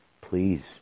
Please